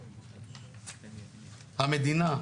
המדינה,